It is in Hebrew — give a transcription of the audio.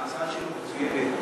ההצעה שלו מצוינת.